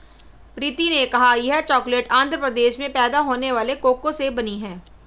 प्रीति ने कहा यह चॉकलेट आंध्र प्रदेश में पैदा होने वाले कोको से बनी है